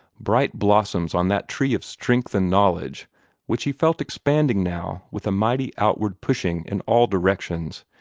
bright blossoms on that tree of strength and knowledge which he felt expanding now with a mighty outward pushing in all directions,